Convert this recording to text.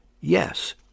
Yes